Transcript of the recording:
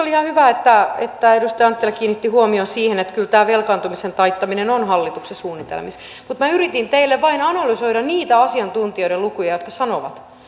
oli ihan hyvä että että edustaja anttila kiinnitti huomion siihen että kyllä tämä velkaantumisen taittaminen on hallituksen suunnitelmissa mutta minä yritin teille vain analysoida niitä asiantuntijoiden lukuja jotka sanovat